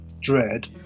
Dread